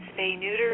spay-neuter